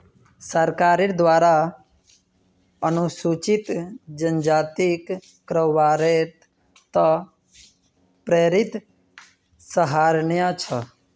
सरकारेर द्वारा अनुसूचित जनजातिक कारोबारेर त न प्रेरित सराहनीय छ